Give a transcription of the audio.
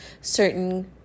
certain